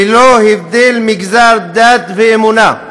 ללא הבדל מגזר, דת ואמונה.